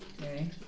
Okay